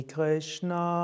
Krishna